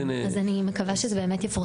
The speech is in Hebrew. אז אני מקווה שזה באמת יפורסם.